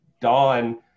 Dawn